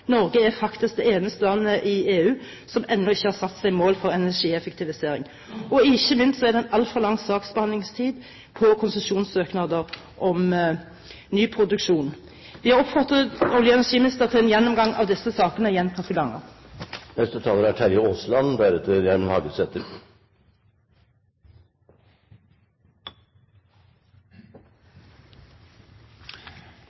Norge er faktisk det eneste landet i EU som ennå ikke har satt seg mål for energieffektivisering – og ikke minst en altfor lang saksbehandlingstid på konsesjonssøknader om ny produksjon. Vi har oppfordret olje- og energiministeren til en gjennomgang av disse sakene